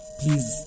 please